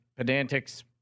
pedantics